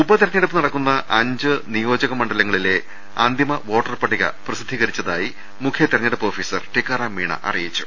ഉപതെരഞ്ഞെടുപ്പ് നടക്കുന്ന അഞ്ച് നിയോജക മണ്ഡലങ്ങളിലെ അന്തിമ വോട്ടർപ ട്ടിക പ്രസിദ്ധീകരിച്ചതായി മുഖ്യതെരഞ്ഞെടുപ്പ് ഓഫീസർ ടിക്കാറാം മീണ അറിയിച്ചു